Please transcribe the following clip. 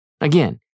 Again